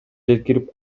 жеткирип